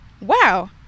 wow